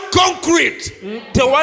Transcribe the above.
concrete